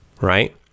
right